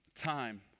time